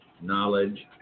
knowledge